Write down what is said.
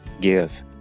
give